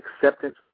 acceptance